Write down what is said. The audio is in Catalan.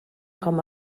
com